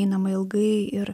einama ilgai ir